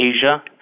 Asia